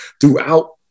throughout